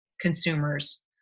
consumers